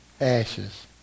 Ashes